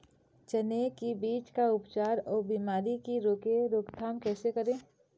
चने की बीज का उपचार अउ बीमारी की रोके रोकथाम कैसे करें?